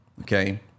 Okay